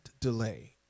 delay